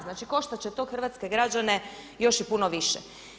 Znači, koštat će to hrvatske građene još i puno više.